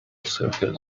circles